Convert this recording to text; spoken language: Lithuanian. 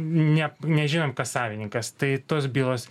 ne nežinom kas savininkas tai tos bylos